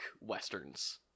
westerns